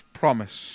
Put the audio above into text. promise